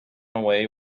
away